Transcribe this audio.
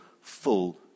full